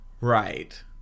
Right